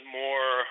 more